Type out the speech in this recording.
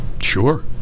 Sure